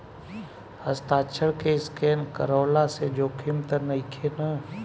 हस्ताक्षर के स्केन करवला से जोखिम त नइखे न?